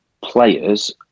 players